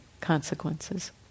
consequences